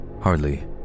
hardly